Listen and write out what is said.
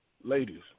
ladies